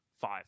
five